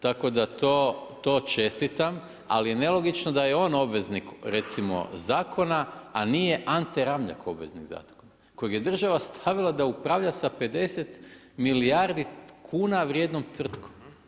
Tako da to čestitam, ali nelogično da je on obveznik, recimo zakona, a nije Ante Ramljak obveznik zakona, kojeg je država stavila da upravlja sa 50 milijardi kn vrijednom tvrtkom.